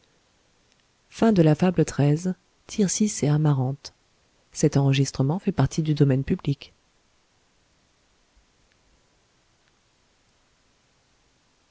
tircis et amarante